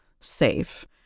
safe